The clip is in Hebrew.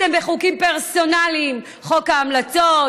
עסקתם בחוקים פרסונליים: חוק ההמלצות,